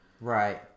Right